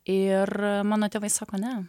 ir mano tėvai sako ne